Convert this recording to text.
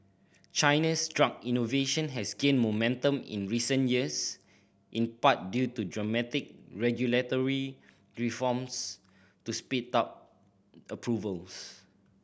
China's drug innovation has gained momentum in recent years in part due to dramatic regulatory reforms to speed up approvals